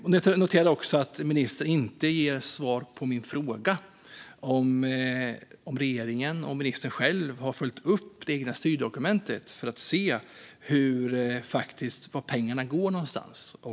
Jag noterade också att ministern inte gav svar på min fråga om regeringen och ministern själv har följt upp det egna styrdokumentet för att faktiskt se vart pengarna går.